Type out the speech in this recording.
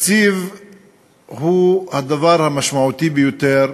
התקציב הוא הדבר המשמעותי ביותר,